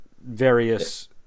various